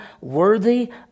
worthy